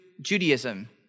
Judaism